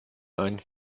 ein